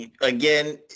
Again